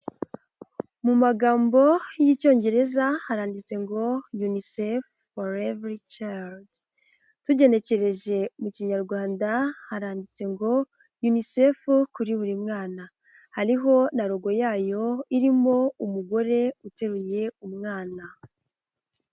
Mu magambo y'icyongereza haranditse ngo "UNICEF for every child." Tugenekereje mu kinyarwanda haranditse ngo UNICEF kuri buri mwana. Hariho na rogo yayo irimo umugore uteruye umwana.